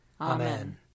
Amen